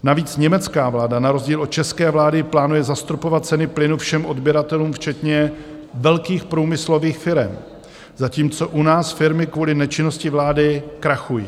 Navíc německá vláda na rozdíl od české vlády plánuje zastropovat ceny plynu všem odběratelům, včetně velkých průmyslových firem, zatímco u nás firmy kvůli nečinnosti vlády krachují.